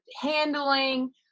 handling